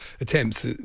attempts